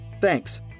Thanks